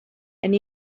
and